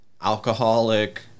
Alcoholic